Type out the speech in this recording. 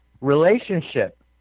relationship